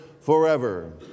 forever